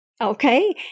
Okay